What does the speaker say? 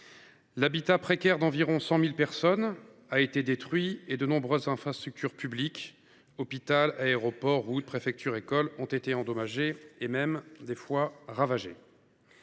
L’habitat précaire d’environ 100 000 personnes a été détruit et de nombreuses infrastructures publiques – l’hôpital, l’aéroport, les routes, la préfecture, les écoles – ont été endommagées, voire ravagées.